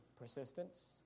Persistence